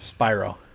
Spyro